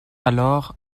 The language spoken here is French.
alors